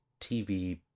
tv